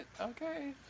Okay